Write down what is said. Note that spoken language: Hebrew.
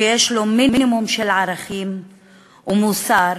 שיש לו מינימום של ערכים ומוסר,